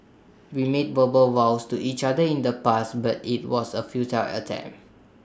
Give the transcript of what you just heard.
we made verbal vows to each other in the past but IT was A futile attempt